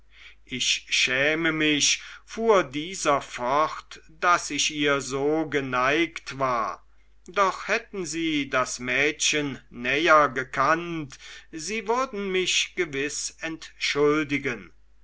ich schäme mich fuhr dieser fort daß ich ihr so geneigt war doch hätten sie das mädchen näher gekannt sie würden mich gewiß entschuldigen